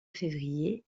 février